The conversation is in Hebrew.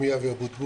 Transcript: שמי אבי אבוטבול.